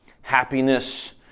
happiness